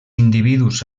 individus